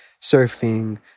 Surfing